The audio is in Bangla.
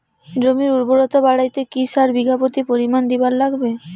জমির উর্বরতা বাড়াইতে কি সার বিঘা প্রতি কি পরিমাণে দিবার লাগবে?